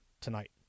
tonight